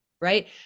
right